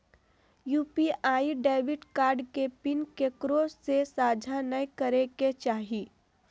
UPI debit card के pin केकरो से साझा नइ करे के चाही